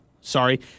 sorry